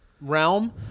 realm